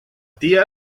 tia